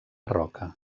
roca